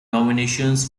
nominations